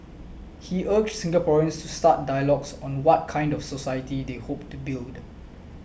he urged Singaporeans to start dialogues on what kind of society they hope to build